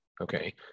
Okay